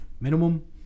minimum